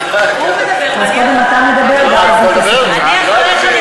הוא מדבר ואני אחריו.